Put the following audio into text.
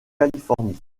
californie